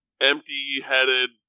empty-headed